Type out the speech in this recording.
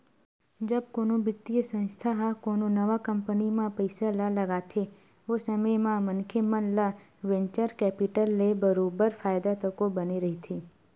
जब कोनो बित्तीय संस्था ह कोनो नवा कंपनी म पइसा ल लगाथे ओ समे म मनखे मन ल वेंचर कैपिटल ले बरोबर फायदा तको बने रहिथे